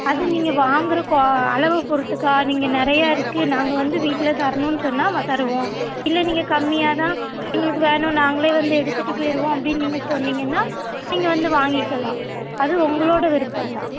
அது நீங்கள் வாங்குகிற குவா அளவை பொறுத்துக்கா நீங்கள் நிறையா இருக்குது நாங்கள் வந்து வீட்டில் தரணும்னு சொன்னால் தருவோம் இல்லை நீங்கள் கம்மியாகதான் எங்களுக்கு வேணும் நாங்களே வந்து எடுத்துகிட்டு பாேயிடுவோம் அப்படின்னு நீங்கள் சொன்னிங்கன்னால் நீங்கள் வந்து வாங்கிக்கலாம் அது உங்களோடய விருப்பம்தான்